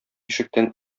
ишектән